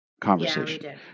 conversation